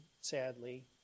sadly